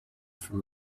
from